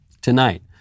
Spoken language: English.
tonight